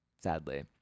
Sadly